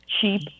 cheap